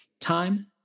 time